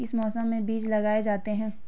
किस मौसम में बीज लगाए जाते हैं?